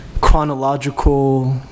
chronological